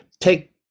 take